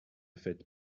faites